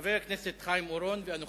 חבר הכנסת חיים אורון ואנוכי.